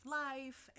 life